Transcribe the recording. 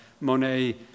Monet